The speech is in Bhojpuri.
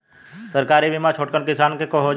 सरकारी बीमा छोटकन किसान क हो जाई?